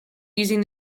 using